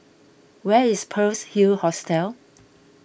where is Pearl's Hill Hostel